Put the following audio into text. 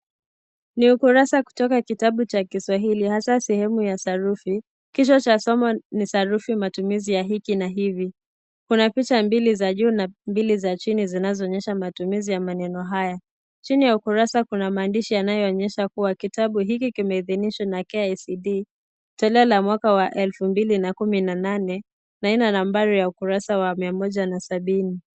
Ni ukurasa kutoka kitabu cha kiswahili hasa sehemu ya sarufi. Kichwa cha somo ni sarufi matumizi ya hiki na hivi. Kuna picha mbili za juu na mbili za chini zinazoonyesha matumizi ya maneno haya. Chini ya ukurasa kuna maandishi yanayoonyesha kuwa kitabu hiki kimeidhinishwa na KICD toleo la mwaka wa elfu mbili na kumi na nane, na hii ni nambari ya ukurasa wa mia moja na sabini.